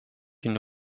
une